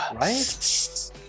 right